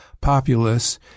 populace